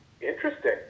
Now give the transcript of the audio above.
Interesting